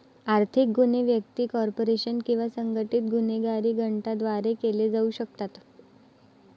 आर्थिक गुन्हे व्यक्ती, कॉर्पोरेशन किंवा संघटित गुन्हेगारी गटांद्वारे केले जाऊ शकतात